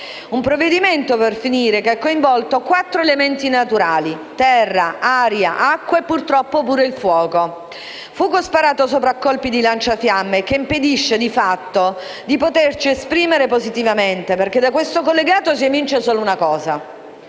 Un provvedimento, per finire, che ha coinvolto quattro elementi naturali: terra, aria, acqua e purtroppo pure il fuoco. Fuoco sparato sopra a colpi di lanciafiamme e che impedisce, di fatto, di poterci esprimere positivamente. Perché da questo collegato si evince solo una cosa: